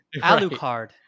Alucard